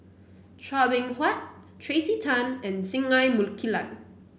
Chua Beng Huat Tracey Tan and Singai Mukilan